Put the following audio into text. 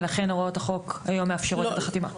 ולכן הוראות החוק היום מאפשרות את החתימה.